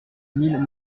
mille